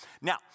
Now